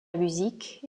musique